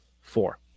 Four